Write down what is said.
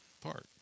Park